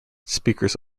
speakers